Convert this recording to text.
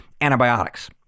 antibiotics